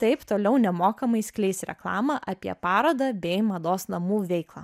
taip toliau nemokamai skleis reklamą apie parodą bei mados namų veiklą